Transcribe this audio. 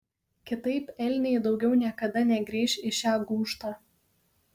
kitaip elniai daugiau niekada negrįš į šią gūžtą